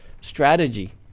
Strategy